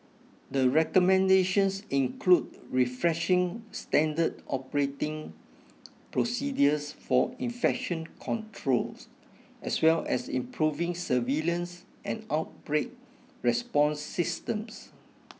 the recommendations include refreshing standard operating procedures for infection control as well as improving surveillance and outbreak response systems